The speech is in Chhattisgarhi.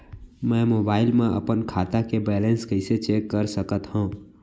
मैं मोबाइल मा अपन खाता के बैलेन्स कइसे चेक कर सकत हव?